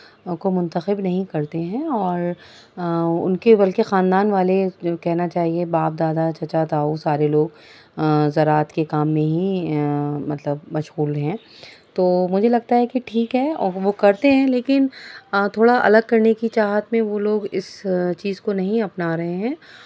کو منتخب نہیں کرتے ہیں اور ان کے بلکہ خاندان والے کہنا چاہیے باپ دادا چچا تاؤ سارے لوگ زراعت کے کام میں ہی مطلب مشغول ہیں تو مجھے لگتا ہے کہ ٹھیک ہے اب وہ کرتے ہیں لیکن تھوڑا الگ کرنے کی چاہت میں وہ لوگ اس چیز کو نہیں اپنا رہے ہیں